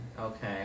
Okay